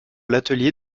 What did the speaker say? l’atelier